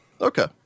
Okay